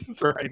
right